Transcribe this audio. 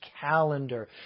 calendar